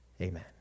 Amen